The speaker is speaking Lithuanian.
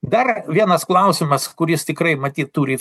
dar vienas klausimas kuris tikrai matyt turi